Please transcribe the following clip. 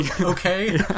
okay